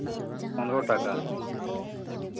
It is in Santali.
ᱯᱚᱱᱨᱚ ᱴᱟᱠᱟ